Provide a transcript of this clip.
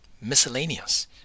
miscellaneous